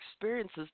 experiences